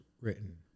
written